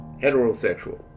heterosexual